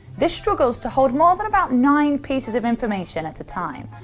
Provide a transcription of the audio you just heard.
this struggles to hold more than about nine pieces of information at a time,